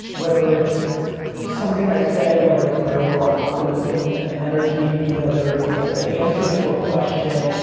whether it's something i say, whether it's my overall optimism and energy, whether it's an answer to a question,